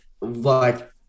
like-